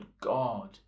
God